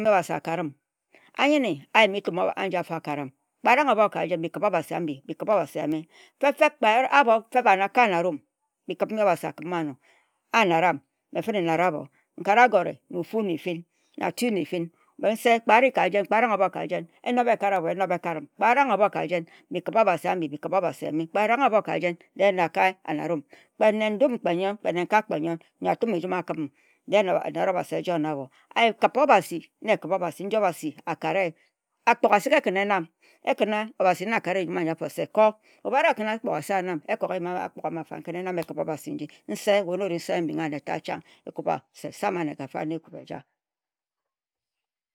Obhasi akarim. Ayenne ayema etum aji akaram. Bikip obhasi ambi bikip obhasi eme. Fefem abho fem a nakae a narum bikip mbi obhasi akarim a no. Anna ram, mehfenna nnara atho na atue na efin mehse nse kpe arang obho ka jen, enob ekarabho enob ekaram. Bikip obhasi ambi bikip obhasi ambi eme. Nenkae nendum kpe aranghe ohbo kajen yo atum ejum akarem, dehe enare obhasi nji akare. Akpogha asik na ekanna emam. Obhasi na akanna se ko. Obhuse akpogha na ekenna be emam, kan ekikan akpogha ama fan enam bikipi. Nse wa na mbinghe nkubhe se sama na egafra.